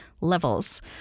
levels